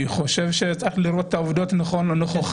אני חושב שצריך לראות את העובדות נכוחה.